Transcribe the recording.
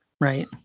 Right